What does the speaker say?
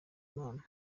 imana